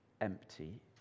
empty